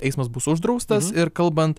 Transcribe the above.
eismas bus uždraustas ir kalbant